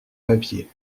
papiers